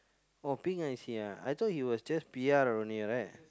oh pink I_C ah I thought he was just P_R only right